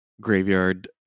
graveyard